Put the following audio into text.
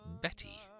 Betty